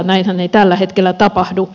näinhän ei tällä hetkellä tapahdu